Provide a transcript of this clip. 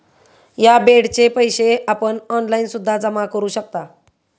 या बेडचे पैसे आपण ऑनलाईन सुद्धा जमा करू शकता